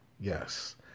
Yes